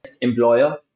employer